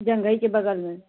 जंघई के बगल में